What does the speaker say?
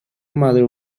matter